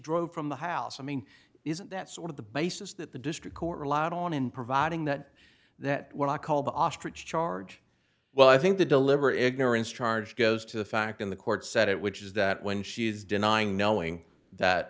drove from the house i mean isn't that sort of the basis that the district court relied on in providing that that what i call the ostrich charge well i think the deliberate ignorance charge goes to the fact in the court said it which is that when she is denying knowing that